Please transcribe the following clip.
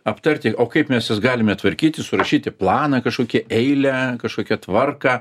aptarti o kaip mes jas galime tvarkyti surašyti planą kažkokį eilę kažkokią tvarką